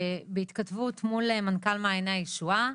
בהתכתבות מול מנכ"ל בית חולים מעייני הישועה,